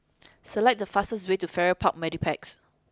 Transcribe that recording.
select the fastest way to Farrer Park Mediplex